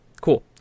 cool